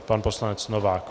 Pan poslanec Novák.